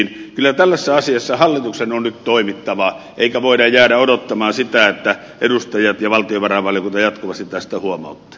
kyllä tällaisessa asiassa hallituksen on nyt toimittava eikä voida jäädä odottamaan sitä että edustajat ja valtiovarainvaliokunta jatkuvasti tästä huomauttavat